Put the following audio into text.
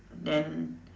then